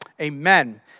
Amen